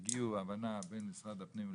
הגיעו להבנה בין משרד הפנים,